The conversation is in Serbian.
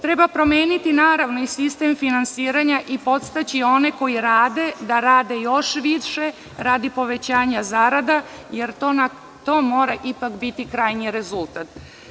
Treba promeniti, naravno, i sistem finansiranja i podstaći one koji rade da rade još više radi povećanja zarada, jer to mora ipak biti krajnji rezultat.